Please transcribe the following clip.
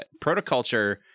Protoculture